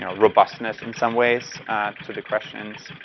you know robustness in some ways to the questions.